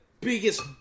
biggest